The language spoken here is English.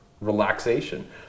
relaxation